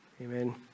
Amen